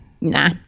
Nah